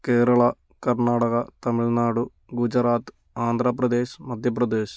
Kerala Karnataka Tamil Nadu Gujarat Andhra Pradesh Madhya Pradesh